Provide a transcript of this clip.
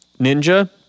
Ninja